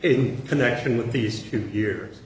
in connection with these two years